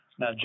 Now